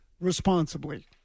responsibly